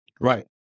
right